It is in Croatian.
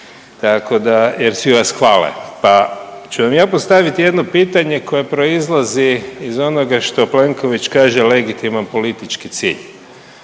Tako da, jer svi vas hvale, pa ću vam ja postaviti jedno pitanje koje proizlazi iz onoga što Plenković kaže legitiman politički cilj.